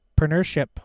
entrepreneurship